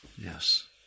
yes